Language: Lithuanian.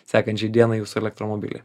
sekančią dieną jūsų elektromobilį